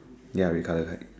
ya red colour kite